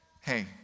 hey